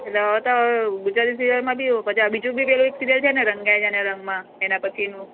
એટલે હવે તો ગુજરાતી સિરિયલમાં બી એવું પછી આ બીજું બી પેલું સિરિયલ છે ને રંગાઈ જા ને રંગમાં એના પછીનું